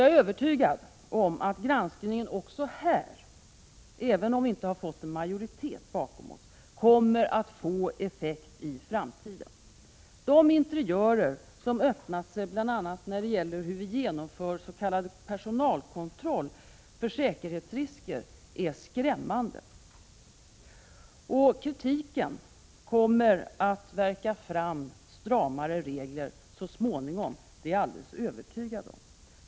Jag är övertygad om att granskningen också här — även om vi inte har fått någon majoritet bakom oss — kommer att få effekt i framtiden. De interiörer som har öppnat sig bl.a. när det gäller hur vi genomför s.k. personalkontroll i fråga om säkerhetsrisker är skrämmande. Kritiken kommer att medföra stramare regler så småningom — det är jag helt övertygad om.